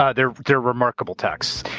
ah they're they're remarkable texts.